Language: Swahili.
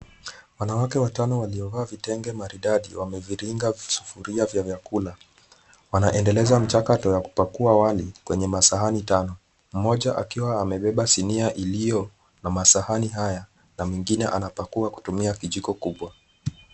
Wanawake watano waliovaa vitenge maridadi wameviringa sufuria vya vyakula. Wanaendeleza mchakato ya kupakua wali kwenye masahani tatu mmoja akiwa amebeba sinia iliyo na masahani haya na mwingine anapakua kutumia kijiko kubwa.